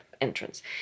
entrance